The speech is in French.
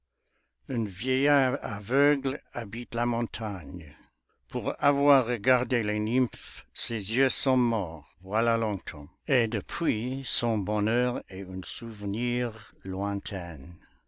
un vieillard aveugle habite la montagne pour avoir regardé les nymphes ses yeux sont morts voilà longtemps et depuis son bonheur est un souvenir lointain